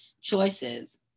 choices